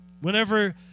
Whenever